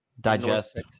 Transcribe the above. Digest